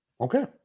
Okay